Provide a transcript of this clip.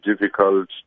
difficult